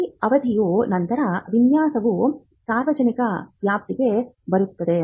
ಆ ಅವಧಿಯ ನಂತರ ವಿನ್ಯಾಸವು ಸಾರ್ವಜನಿಕ ವ್ಯಾಪ್ತಿಗೆ ಬರುತ್ತದೆ